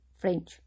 French